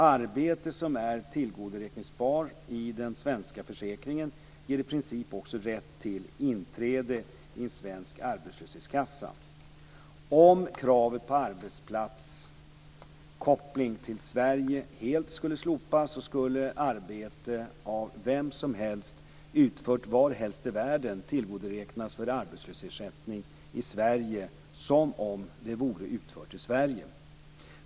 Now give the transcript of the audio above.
Arbete som är tillgodoräkningsbart i den svenska försäkringen ger i princip också rätt till inträde i en svensk arbetslöshetskassa. Om kravet på arbetsplatskoppling till Sverige helt skulle slopas skulle arbete av vem som helst utfört var som helst i världen tillgodoräknas för arbetslöshetsersättning i Sverige som om det vore utfört i Sverige.